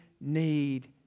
need